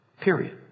Period